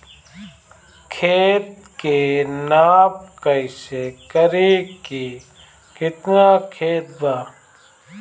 खेत के नाप कइसे करी की केतना खेत बा?